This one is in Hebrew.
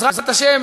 בעזרת השם,